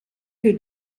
für